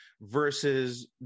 versus